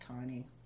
tiny